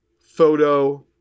photo